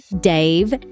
Dave